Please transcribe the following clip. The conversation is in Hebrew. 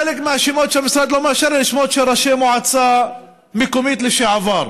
חלק מהשמות שהמשרד לא מאשר הם שמות של ראשי מועצה מקומית לשעבר,